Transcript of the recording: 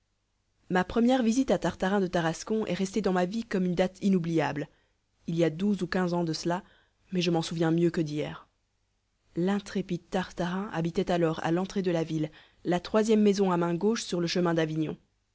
ma première visite à tartarin de tarascon est restée dans ma vie comme une date inoubliable il y a douze ou quinze ans de cela mais je m'en souviens mieux que d'hier l'intrépide tartarin habitait alors à l'entrée de la ville la troisième maison à main gauche sur le chemin d'avignon